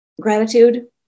Gratitude